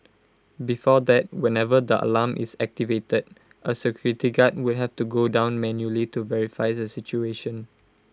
before that whenever the alarm is activated A security guard would have to go down manually to verify the situation